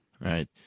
Right